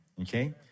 Okay